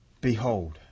behold